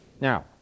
Now